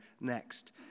next